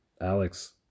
Alex